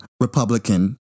Republican